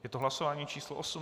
Je to hlasování číslo 8.